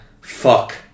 Fuck